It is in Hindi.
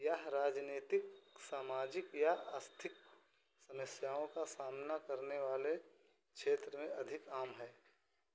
यह राजनीतिक सामाजिक या समस्याओं का सामना करने वाले क्षेत्र में अधिक आम है